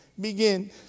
begin